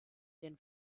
den